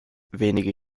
wenige